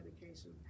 medication